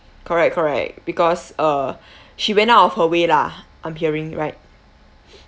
correct correct because uh she went out of her way lah I'm hearing right